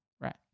Right